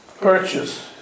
purchase